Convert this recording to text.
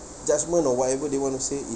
judgment or whatever they want to say it